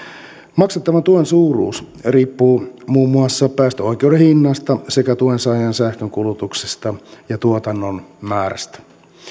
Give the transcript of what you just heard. maksettavan tuen suuruus riippuisi muun muassa päästöoikeuden hinnasta sekä tuen saajan sähkönkulutuksesta tai tuotannon määrästä